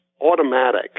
automatic